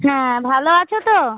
হ্যাঁ ভালো আছো তো